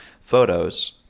photos